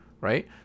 right